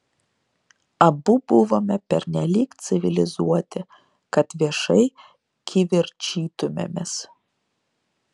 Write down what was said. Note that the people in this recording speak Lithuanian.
abu buvome pernelyg civilizuoti kad viešai kivirčytumėmės